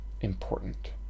important